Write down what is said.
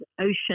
ocean